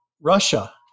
Russia